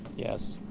yes.